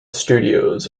studios